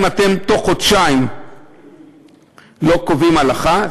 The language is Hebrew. אם בתוך חודשיים אתם לא קובעים הלכה,